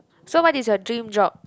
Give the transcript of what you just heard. so what is your dream job